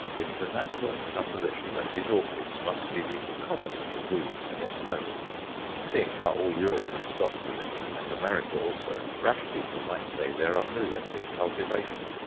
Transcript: it is a natural supposition that his orchid must be the commonest of weeds in its home seeing how all europe is stocked with it, and america also, rash people might say there are millions in cultivation.